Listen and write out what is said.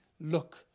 look